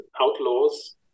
outlaws